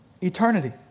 eternity